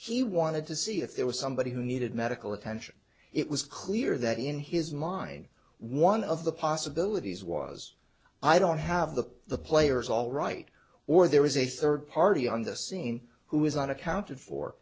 in he wanted to see if there was somebody who needed medical attention it was clear that in his mind one of the possibilities was i don't have the the players all right or there is a third party on the scene who is not accounted for